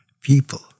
people